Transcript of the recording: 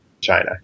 China